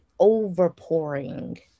overpouring